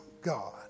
God